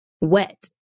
wet